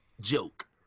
Joke